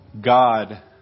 God